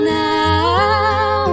now